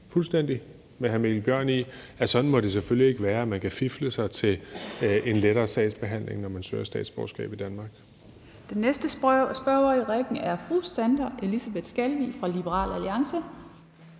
fuldstændig enig med hr. Mikkel Bjørn i, at sådan må det selvfølgelig ikke være, altså at man kan fifle sig til en lettere sagsbehandling, når man søger statsborgerskab i Danmark.